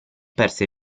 perse